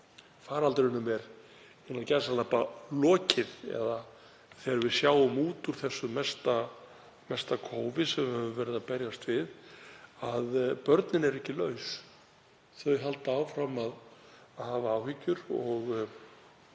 faraldrinum er „lokið“ eða þegar við sjáum út úr þessu mesta kófi sem við höfum verið að berjast við. Börnin eru ekki laus, þau halda áfram að hafa áhyggjur og